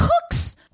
cooks